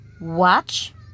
watch